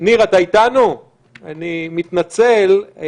אני מתנצל.